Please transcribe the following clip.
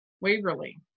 Waverly